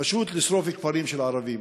פשוט לשרוף כפרים של ערבים.